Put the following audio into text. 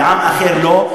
ועם אחר לא,